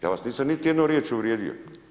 Ja vas nisam niti jednu riječ uvrijedio.